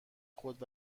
خود